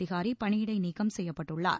அதிகாரி பணியிடை நீக்கம் செய்யப்பட்டுள்ளார்